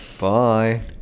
Bye